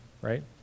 right